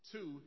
Two